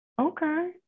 Okay